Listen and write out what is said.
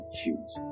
huge